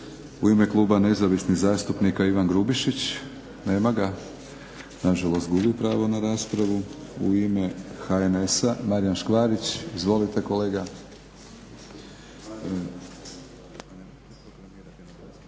U ime kluba nezavisnih zastupnika Ivan Grubišić. Nema ga. Na žalost gubi pravo na raspravu. U ime HNS-a Marijan Škvarić. Izvolite kolega.